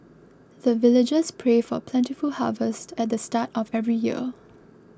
the villagers pray for plentiful harvest at the start of every year